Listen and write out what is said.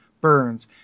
burns